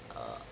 err